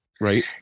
right